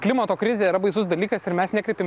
klimato krizė yra baisus dalykas ir mes nekreipiam